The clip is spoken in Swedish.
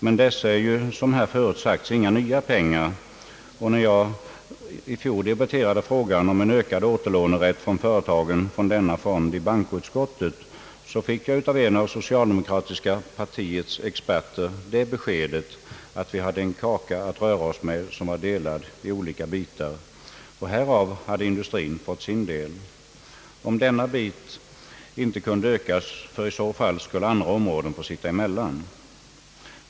Men dessa är ju som här förut sagts inga nya pengar, och när jag i fjol debatterade frågan om en ökad återlånerätt för företagen från denna fond i bankoutskottet fick jag av en av socialdemokratiska partiets ekonomiska experter det beskedet, att vi hade en kaka att röra oss med som var delad i olika bitar, och härav hade industrin fått sin del. Och denna bit kunde inte ökas; i så fall skulle andra områden få sitta emellan.